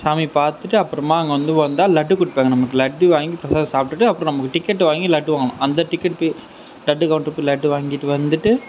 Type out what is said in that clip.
சாமியை பார்த்துட்டு அப்புறமா அங்கே வந்து வந்தா லட்டு கொடுப்பாங்க நமக்கு லட்டு வாங்கிட்டு வந்து அதை சாப்பிடுட்டு அப்புறம் நமக்கு டிக்கெட் வாங்கி லட்டு வாங்கணும் அந்த டிக்கெட்டுக்கு லட்டு கவுண்டர் போய் லட்டு வாங்கிட்டு வந்துட்டு